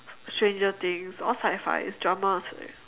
stranger things all sci-fi dramas eh